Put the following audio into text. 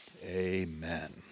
Amen